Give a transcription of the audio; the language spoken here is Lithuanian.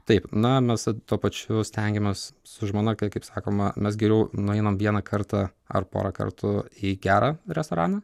taip na mes tuo pačiu stengiamės su žmona kaip sakoma mes geriau nueinam vieną kartą ar porą kartų į gerą restoraną